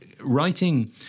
writing